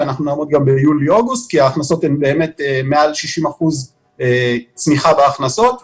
ואנחנו נעמוד גם ביולי-אוגוסט כי באמת יש מעל 60 אחוזים צניחה בהכנסות.